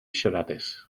siaradus